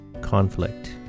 conflict